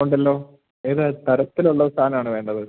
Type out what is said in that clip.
ഉണ്ടല്ലോ ഏത് തരത്തിലുള്ള സാധനം ആണ് വേണ്ടത്